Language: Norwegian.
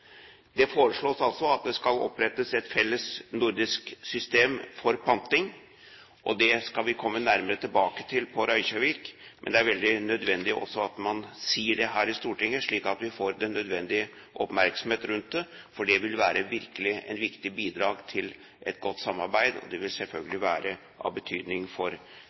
Det foreslås altså at det skal opprettes et felles nordisk system for panting, og det skal vi komme nærmere tilbake til på Reykjavik. Men det er veldig nødvendig at man også sier det her i Stortinget, slik at vi får den nødvendige oppmerksomhet rundt det, for det vil virkelig være et viktig bidrag til et godt samarbeid. Og det vil selvfølgelig være av betydning for